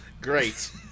Great